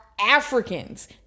Africans